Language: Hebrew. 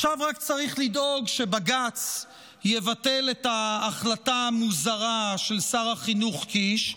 עכשיו רק צריך לדאוג שבג"ץ יבטל את ההחלטה המוזרה של שר החינוך קיש,